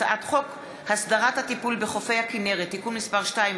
הצעת חוק הסדרת הטיפול בחופי הכנרת (תיקון מס' 2),